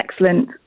excellent